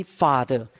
father